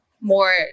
more